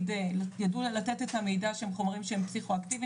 ידעו לתת את המידע שהם חומרים פסיכואקטיביים,